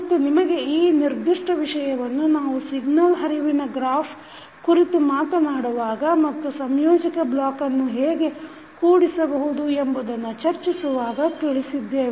ಮತ್ತು ನಿಮಗೆ ಈ ನಿರ್ದಿಷ್ಟ ವಿಷಯವನ್ನು ನಾವು ಸಿಗ್ನಲ್ ಹರಿವಿನ ಗ್ರಾಫ್ ಕುರಿತು ಮಾತನಾಡುವಾಗ ಮತ್ತು ಸಂಯೋಜಕ ಬ್ಲಾಕನ್ನು ಹೇಗೆ ಕೂಡಿಸಬಹುದು ಎಂಬುದನ್ನು ಚರ್ಚಿಸುವಾಗ ತಿಳಿದಿದ್ದೇವೆ